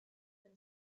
when